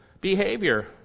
behavior